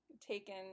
taken